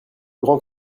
grand